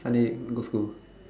Sunday go school